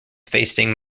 facing